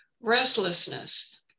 restlessness